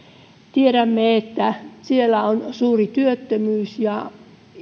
tiedämme että siellä on suuri työttömyys ja